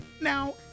Now